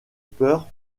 peur